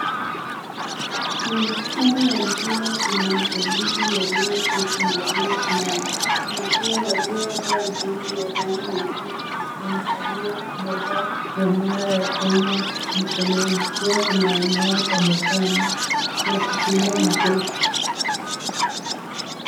Kwenye ukumbi wa mpira kuna mashabiki walioketi na waliosimama, kuna pia waliovaa jezi ya rangi nyekundu na kuna aliyebeba bendera ya Kenya mkononi, pia kuna wanaotabasamu wakipiga makofi.